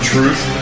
Truth